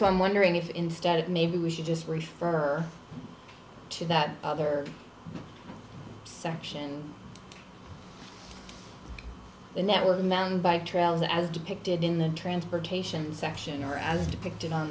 so i'm wondering if instead of maybe we should just refer to that other section the network mountain bike trails as depicted in the transportation section or as depicted